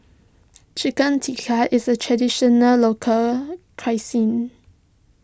Chicken Tikka is a Traditional Local Cuisine